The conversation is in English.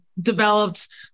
Developed